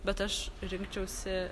bet aš rinkčiausi